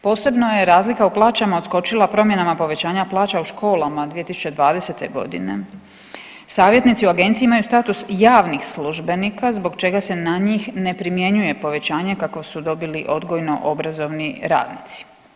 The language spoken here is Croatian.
Posebno je razlika u plaćam odskočila promjenama povećanja plaća u školama 2020.g., savjetnici u agenciji imaju status javnih službenika zbog čega se na njih ne primjenjuje povećanje kako su dobili odgojno-obrazovni radnici.